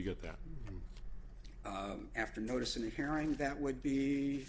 you get that after notice in a hearing that would be